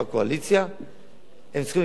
הם צריכים לקבל את ההחלטה כן או לא,